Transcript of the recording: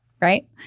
right